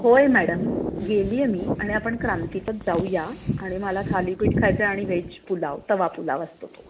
होय मॅडम गेली आहे मी आणि आपण क्रांतीतच जाऊया आणि मला थालीपीठ खायचं आहे आणि व्हेज पुलाव तवा पुलाव असतो तो